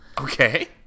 Okay